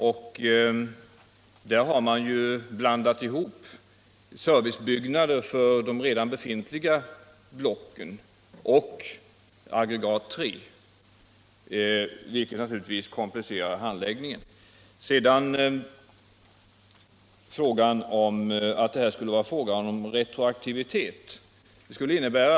Tyvärr har man blandat ihop servicebyggnader för de redan befintliga blocken och för aggregat 3, vilket naturligtvis komplicerar handläggningen. De nya villkoren innebär någon sorts retroaktivitet, anser herr Rosqvist.